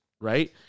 right